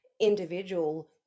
individual